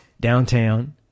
downtown